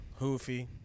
Hoofy